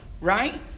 Right